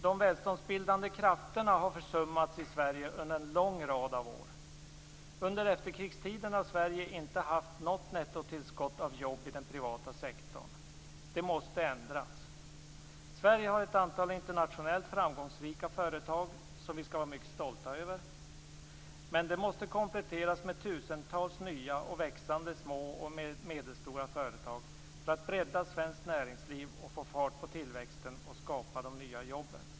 De välståndsbildande krafterna har försummats i Sverige under en lång rad av år. Under efterkrigstiden har Sverige inte haft något nettotillskott av jobb i den privata sektorn. Detta måste ändras. Sverige har ett antal internationellt framgångsrika företag som vi skall vara mycket stolta över, men de måste kompletteras med tusentals nya och växande små och medelstora företag för att bredda svenskt näringsliv, få fart på tillväxten och skapa de nya jobben.